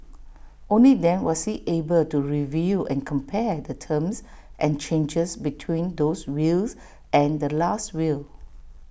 only then was he able to review and compare the terms and changes between those wills and the Last Will